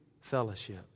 fellowship